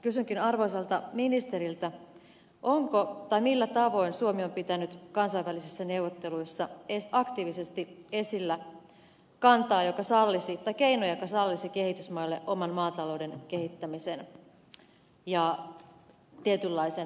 kysynkin arvoisalta ministeriltä millä tavoin suomi on pitänyt kansainvälisissä neuvotteluissa aktiivisesti esillä keinoja jotka sallisivat kehitysmaille oman maatalouden kehittämisen ja tietynlaisen protektionismin